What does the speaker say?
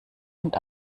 und